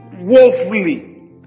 woefully